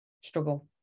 struggle